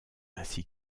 ainsi